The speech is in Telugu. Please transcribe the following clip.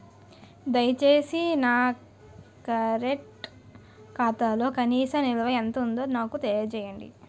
దయచేసి నా కరెంట్ ఖాతాలో కనీస నిల్వ ఎంత ఉందో నాకు తెలియజేయండి